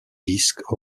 disc